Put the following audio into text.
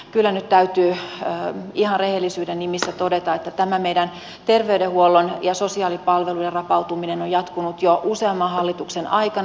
kyllä nyt täytyy ihan rehellisyyden nimissä todeta että tämä meidän terveydenhuollon ja sosiaalipalvelujen rapautuminen on jatkunut jo useamman hallituksen aikana